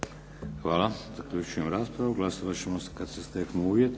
Hvala. Zaključujem raspravu. Glasovat ćemo kad se steknu uvjeti.